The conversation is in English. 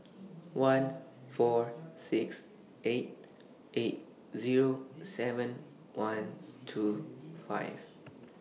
one four six eight eight Zero seven one two five